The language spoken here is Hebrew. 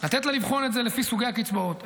לתת לה לבחון את זה לפי סוגי הקצבאות,